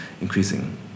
increasing